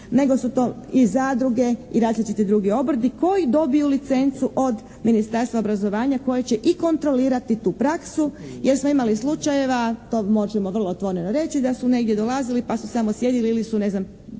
nego su to i zadruge i različiti drugi obrti koji dobiju licencu od Ministarstva obrazovanja koje će i kontrolirati tu praksu. Jer smo imali slučajeva, to možemo vrlo otvoreno reći da su negdje dolazili pa su samo sjedili ili su ne znam